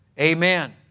amen